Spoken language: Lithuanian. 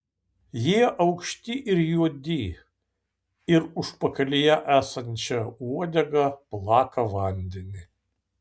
jie aukšti ir juodi ir užpakalyje esančia uodega plaka vandenį